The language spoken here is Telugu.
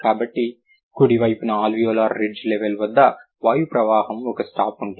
కాబట్టి కుడివైపున అల్వియోలార్ రిడ్జ్ లెవల్ వద్ద వాయుప్రవాహం ఒక స్టాప్ ఉంటుంది